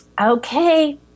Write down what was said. Okay